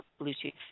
Bluetooth